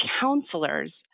counselors